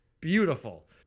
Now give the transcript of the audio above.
beautiful